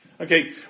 Okay